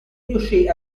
riuscì